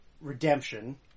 redemption